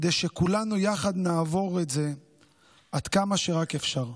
כדי שכולנו יחד נעבור את זה עד כמה שרק אפשר.